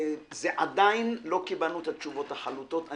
עדיין לא קיבלנו את התשובות החלוטות.